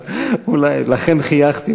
אז אולי לכן חייכתי,